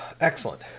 Excellent